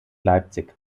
leipzig